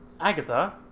Agatha